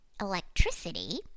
electricity